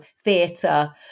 Theatre